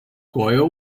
coeu